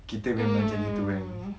kita memang macam gitu kan